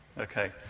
Okay